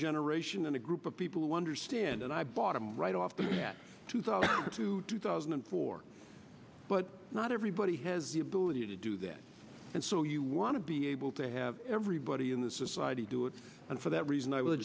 generation and a group of people who understand and i bought him right off the bat two thousand to two thousand and four but not everybody has the ability to do that and so you want to be able to have everybody in the society do it and for that reason i was a